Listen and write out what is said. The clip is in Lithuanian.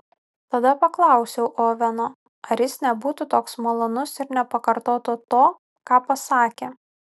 tada paklausiau oveno ar jis nebūtų toks malonus ir nepakartotų to ką pasakė